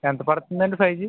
ఎంత పడుతుందండి five G